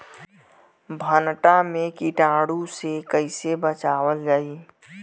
भनटा मे कीटाणु से कईसे बचावल जाई?